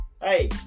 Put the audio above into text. Hey